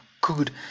good